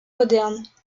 modernes